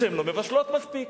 שהן לא מבשלות מספיק,